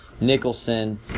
Nicholson